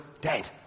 dead